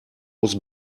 aus